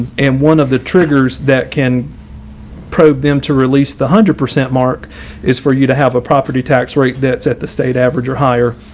and one of the triggers that can probe them to release the hundred percent mark is for you to have a property tax rate that's at the state average or higher.